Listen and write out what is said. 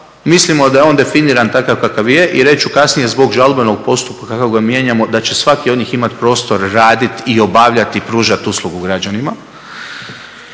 mislimo da je on definiran takav kakav je i reći ću kasnije zbog žalbenog postupka kako ga mijenjamo da će svaki od njih imati prostor raditi, obavljati i pružati uslugu građanima.